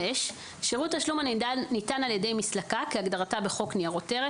שירות תשלום הניתן על ידי מסלקה כהגדרתה בחוק ניירות ערך,